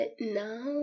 now